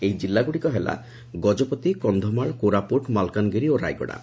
ଏହି ଜିଲ୍ଲଗୁଡ଼ିକ ହେଲା ଗଜପତି କକ୍ଷମାଳ କୋରାପୁଟ ମାଲକାନଗିରି ଓ ରାୟଗଡ଼ା